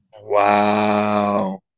Wow